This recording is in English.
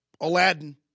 Aladdin